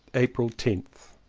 april tenth.